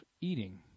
eating